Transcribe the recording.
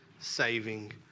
saving